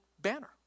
Banner